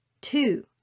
Two